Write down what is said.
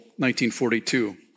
1942